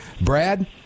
Brad